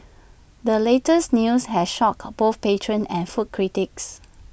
the latest news has shocked both patrons and food critics